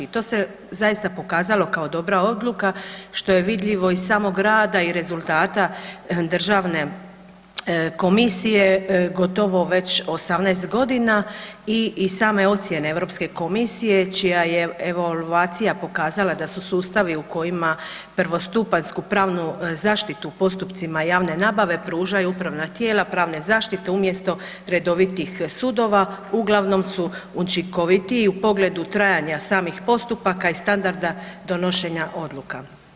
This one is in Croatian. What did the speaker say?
I to se zaista pokazalo kao dobra odluka, što je vidljivo iz samog rada i rezultata Državne komisije, gotovo već 18 g. i same ocjene Europske komisije čija je evaluacija pokazala da su sustavi u kojima prvostupanjsku pravnu zaštitu u postupcima javne nabave pružaju upravna tijela pravne zaštite umjesto redovitih sudova, uglavnom su učinkovitiji u pogledu trajanja samih postupaka i standarda donošenja odluka.